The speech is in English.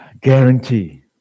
guarantee